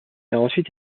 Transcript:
ensuite